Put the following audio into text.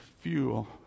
fuel